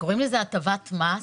קוראים לזה אמנם הטבת מס,